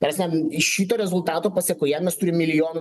ta prasme iš šito rezultato pasekoje mes turim milijonu